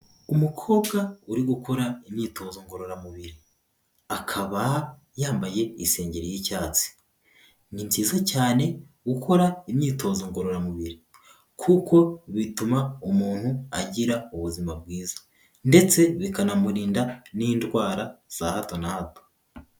Umukobwa uri gukora imyitozo ngororamubiri, akaba yambaye isengeri y'icyatsi. Ni byiza cyane gukora imyitozo ngororamubiri, kuko bituma umuntu agira ubuzima bwiza ndetse bikanamurinda n'indwara za hato na hato.